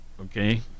okay